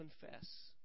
confess